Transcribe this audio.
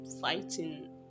fighting